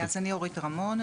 אני אורית רמון,